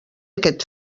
aquest